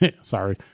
Sorry